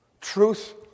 truth